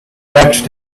next